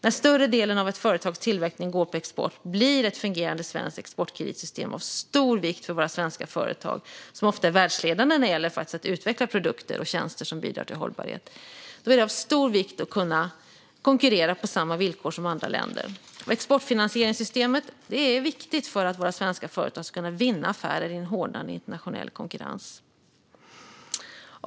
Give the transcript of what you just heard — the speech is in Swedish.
När större delen av ett företags tillverkning går på export blir ett fungerande svenskt exportkreditsystem av stor vikt för att våra svenska företag - som ofta är världsledande när det gäller att utveckla produkter och tjänster som bidrar till hållbarhet - ska kunna konkurrera på samma villkor som företag i andra länder. Och exportfinansieringssystemet är viktigt för att våra svenska företag ska kunna vinna affärer i en hårdnade internationell konkurrens.